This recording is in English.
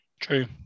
true